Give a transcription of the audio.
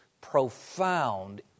profound